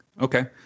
Okay